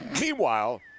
Meanwhile